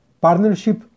partnership